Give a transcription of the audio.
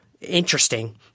Interesting